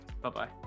Bye-bye